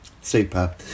Super